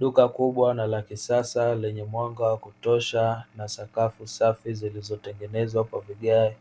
Duka kubwa na la kisasa lenye mwanga wa kutosha na sakafu safi zilizotengenezwa kwa vigae